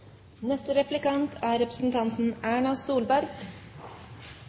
Neste taler er uansett representanten Erna Solberg,